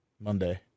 Monday